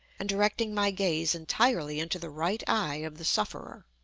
and directing my gaze entirely into the right eye of the sufferer.